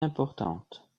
importantes